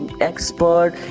expert